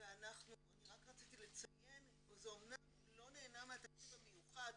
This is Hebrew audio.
ורק רציתי לציין, זה אמנם לא נהנה מהתקציב המיוחד